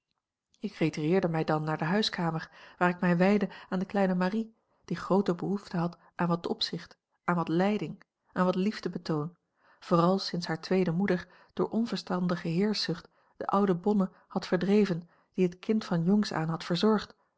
ik retireerde mij dan naar de huiskamer waar ik mij wijdde aan de kleine marie die groote behoefte had aan wat opzicht aan wat leiding aan wat liefdebetoon vooral sinds hare tweede moeder door onverstandige heerschzucht de oude bonne had verdreven die het kind van jongs aan had verzorgd